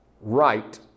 right